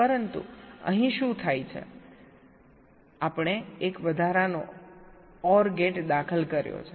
પરંતુ અહીં શું થાય છે આપણે એક વધારાનો અથવા ગેટ દાખલ કર્યો છે